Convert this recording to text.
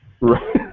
Right